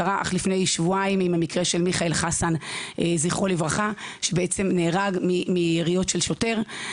קרה אך לפני שבועיים עם המקרה של מיכאל חסן ז"ל שנהרג מיריות של שוטר.